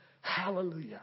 Hallelujah